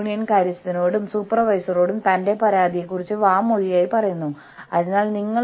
അവർക്ക് നിൽക്കാനും പരസ്പരം സംസാരിക്കാനും കഴിയുന്ന പൊതുവായ ഇടങ്ങൾ നിങ്ങൾക്കില്ല